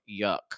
Yuck